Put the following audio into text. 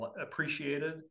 appreciated